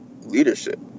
leadership